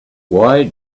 why